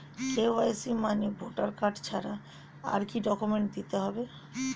KYC মানে voter card ছাড়া আর কি কি ডকুমেন্ট দিতে হবে?